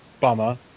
bummer